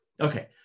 Okay